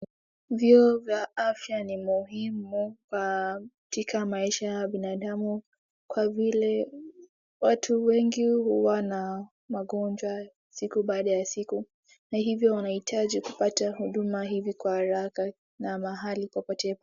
Vyuo vya afya ni muhimu katika maisha ya binadamu kwa vile watu wengi huwa na magonjwa siku baada ya siku na hivyo wanahitaji kupata huduma hivi kwa haraka na mahali popote.